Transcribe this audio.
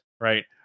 right